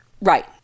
Right